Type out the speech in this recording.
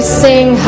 sing